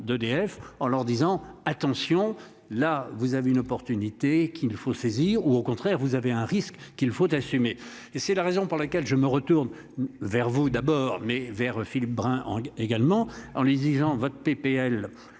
d'EDF en leur disant attention, là vous avez une opportunité qu'il faut saisir ou au contraire vous avez un risque qu'il faut assumer et c'est la raison pour laquelle je me retourne vers vous d'abord mais vers Philippe Brun également en l'exigeant votre PPL